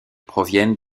proviennent